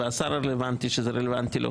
והשר שזה רלוונטי לו,